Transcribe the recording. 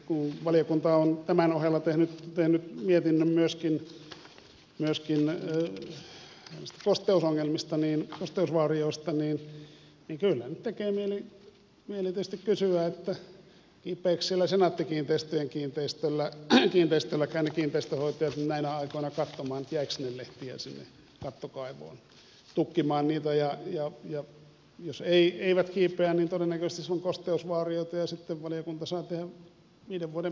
kun valiokunta on tämän ohella tehnyt mietinnön myöskin näistä kosteusvaurioista kyllä nyt tekee mieli tietysti kysyä kiipeääkö siellä senaatti kiinteistöjen kiinteistöilläkään ne kiinteistönhoitajat näinä aikoina katsomaan jäikö sinne kattokaivoon lehtiä tukkimaan niitä ja jos eivät kiipeä todennäköisesti siellä on kosteusvaurioita ja sitten valiokunta saa tehdä viiden vuoden päästä uuden mietinnön